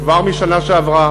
כבר בשנה שעברה